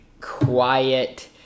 quiet